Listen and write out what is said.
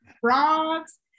frogs